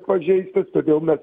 pažeistas todėl mes